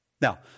Now